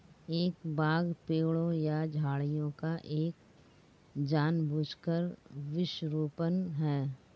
एक बाग पेड़ों या झाड़ियों का एक जानबूझकर वृक्षारोपण है